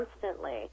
constantly